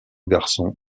garçon